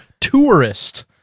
tourist